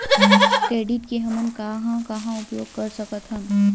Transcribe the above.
Credit के हमन कहां कहा उपयोग कर सकत हन?